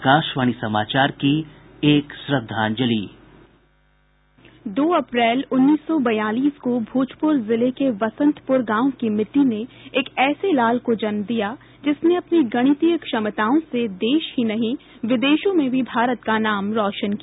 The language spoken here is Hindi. आकाशवाणी समाचार की एक श्रद्वांजलि साउंड बाईट दो अप्रैल उन्नीस सौ बयालीस को भोजपुर जिले के वसंतपुर गांव की मिट्टी ने एक ऐसे लाल को जन्म दिया जिसने अपनी गणितीय क्षमताओं से देश ही नहीं विदेशों में भी भारत का नाम रौशन किया